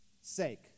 sake